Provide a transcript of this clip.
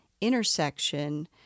intersection